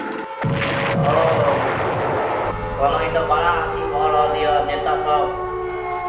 ओ कहलहुँ ई तऽ बड़ा अथी भऽ रहल यए नेतासभ